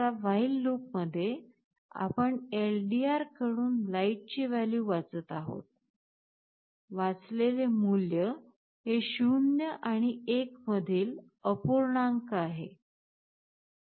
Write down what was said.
आता while लूपमध्ये आपण एलडीआरकडून लाइट ची व्हॅल्यू वाचत आहोत वाचलेले मूल्य हे 0 आणि 1 मधील अपूर्णांक आहे